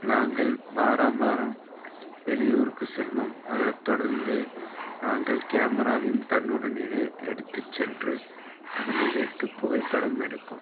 நாங்கள் வாரம் வாரம் வெளியூருக்கு செல்வோம் அதை தொடர்ந்து நாங்கள் கேமராவையும் தன்னுடன் இடை எடுத்துச் சென்று அதனை வைத்து புகைப்படம் எடுப்போம்